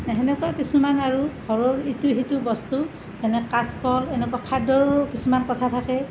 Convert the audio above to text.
সেনেকুৱা কিছুমান আৰু ঘৰৰ ইটো সিটো বস্তু যেনে কাচকল এনেকুৱা খাদ্যৰ কিছুমান কথা থাকে